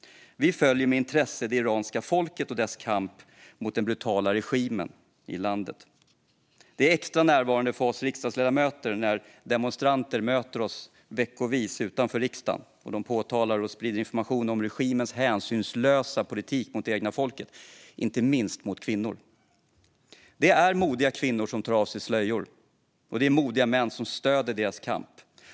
Vi följer med intresse det iranska folket och dess kamp mot den brutala regimen i landet. Det är extra närvarande för oss riksdagsledamöter när demonstranter veckovis möter oss utanför riksdagen och påtalar och sprider information om regimens hänsynslösa politik mot det egna folket, inte minst mot kvinnor. Det är modiga kvinnor som tar av sig slöjorna. Det är modiga män som stöder deras kamp.